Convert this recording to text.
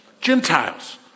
Gentiles